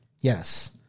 Yes